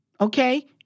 okay